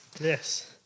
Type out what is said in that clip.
Yes